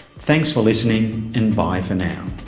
thanks for listening, and bye for now